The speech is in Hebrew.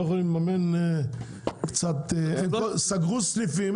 לא יכולים לממן קצת --- סגרו סניפים,